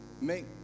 make